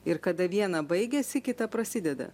ir kada viena baigiasi kita prasideda